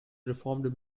reformed